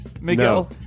Miguel